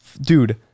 dude